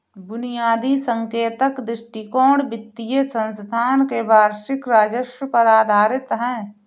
बुनियादी संकेतक दृष्टिकोण वित्तीय संस्थान के वार्षिक राजस्व पर आधारित है